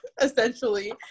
essentially